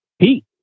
Pete